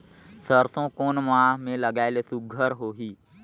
सरसो कोन माह मे लगाय ले सुघ्घर होही?